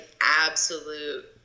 absolute